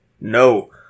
No